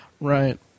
Right